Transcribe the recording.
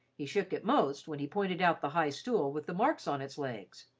he shook it most when he pointed out the high stool with the marks on its legs.